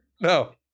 No